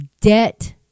debt